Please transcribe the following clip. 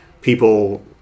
people